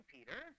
Peter